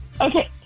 Okay